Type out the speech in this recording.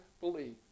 believe